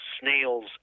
snails